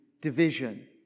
division